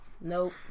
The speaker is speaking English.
nope